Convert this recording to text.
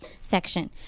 section